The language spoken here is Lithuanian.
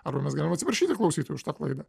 arba mes galim atsiprašyti klausytojų už tą klaidą